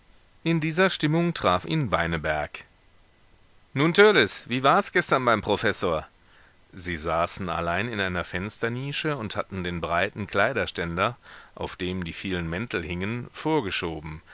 in dieser stimmung traf ihn beineberg nun törleß wie war's gestern beim professor sie saßen allein in einer fensternische und hatten den breiten kleiderständer auf dem die vielen mäntel hingen vorgeschoben